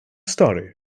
stori